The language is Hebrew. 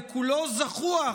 וכולו זחוח,